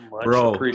bro